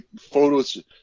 photos